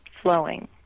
flowing